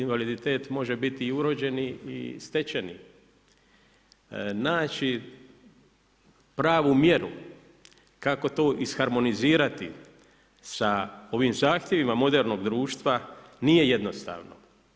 Invaliditet može biti urođeni i stečeni, naći pravu mjeru kako to isharmonizirati sa ovim zahtjevima modernog društva nije jednostavno.